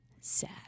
sad